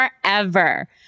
forever